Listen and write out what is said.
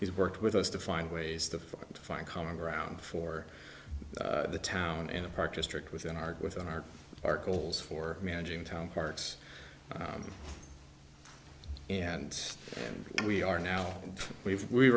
he's worked with us to find ways to find common ground for the town in a park district within our within our articles for managing town parks and we are now we've we